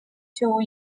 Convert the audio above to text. two